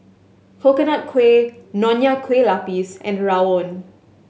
Coconut Kuih Nonya Kueh Lapis and rawon